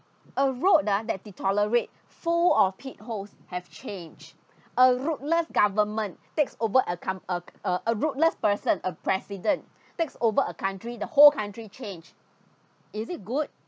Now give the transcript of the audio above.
a road ah that deteriorate full of pit holes have change a ruthless government takes over a com~ a a ruthless person a president takes over a country the whole country change is it good